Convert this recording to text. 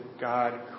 God